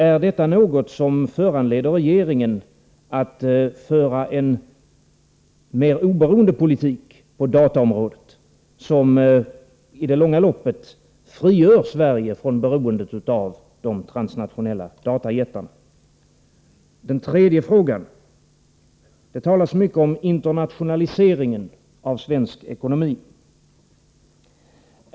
Är detta någonting som föranleder regeringen att föra en mer oberoende politik på dataområdet, en politik som i det långa loppet frigör Sverige från beroende av de transnationella datajättarna? Slutligen den tredje frågan. Det talas mycket om internationaliseringen av svensk ekonomi.